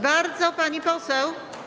Bardzo, pani poseł.